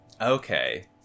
Okay